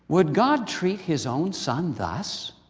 would god treat his own son thus?